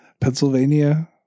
Pennsylvania